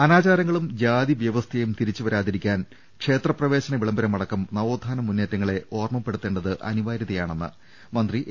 അനാചാരങ്ങളും ജാതി വൃവസ്ഥയും തിരിച്ചുവരാതിരിക്കാൻ ക്ഷേത്രപ്രവേ ശന വിളംബരമടക്കം നവോത്ഥാന മുന്നേറ്റങ്ങളെ ഓർമപ്പെടുത്തേണ്ടത് അനി വാര്യതയാണെന്ന് മന്ത്രി എ